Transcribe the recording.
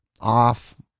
off